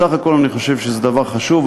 בסך הכול אני חושב שזה דבר חשוב,